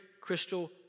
crystal